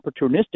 opportunistic